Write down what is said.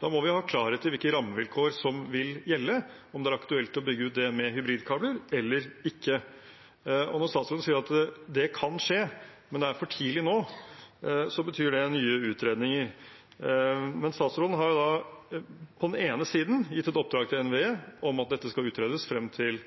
Da må vi ha klarhet i hvilke rammevilkår som vil gjelde, om det er aktuelt å bygge ut med hybridkabler eller ikke. Når statsråden sier det kan skje, men at det er for tidlig nå, betyr det nye utredninger. Statsråden har på den ene side gitt et oppdrag til NVE om at dette skal utredes frem til